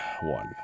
one